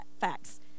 facts